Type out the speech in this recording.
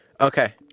Okay